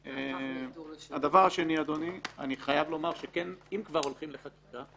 אני חייב לומר שאם כבר הולכים לחקיקה,